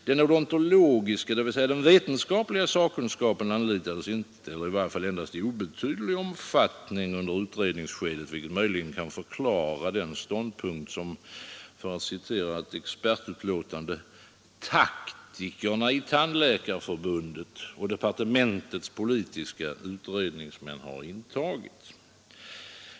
Den odontologiska, dvs. vetenskapliga, sakkunskapen anlitades inte eller i vart fall endast i obetydlig omfattning under utredningsskedet, vilket möjligen kan förklara den ståndpunkt som för att citera ett expertutlåtande ”taktikerna i Tandläkarförbundet och departementets politiska utredningsmän har intagit”.